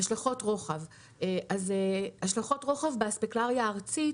השלכות רוחב באספקלריה הארצית,